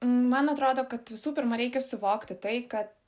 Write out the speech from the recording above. man atrodo kad visų pirma reikia suvokti tai kad